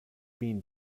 been